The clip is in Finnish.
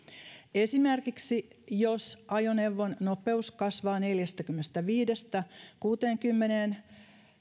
esimerkiksi jos ajoneuvon nopeus kasvaa neljästäkymmenestäviidestä kuuteenkymmeneen